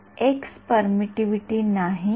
ही X परमिटिव्हिटीनाही तर contrast आहे